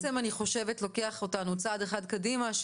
ואני חושבת שזה בעצם לוקח אותנו צעד אחד קדימה,